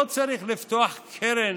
לא צריך לפתוח קרן,